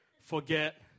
forget